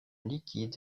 liquide